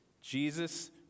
Jesus